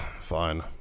Fine